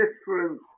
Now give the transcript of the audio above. different